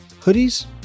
hoodies